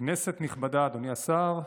כנסת נכבדה, אדוני השר,